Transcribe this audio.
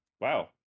wow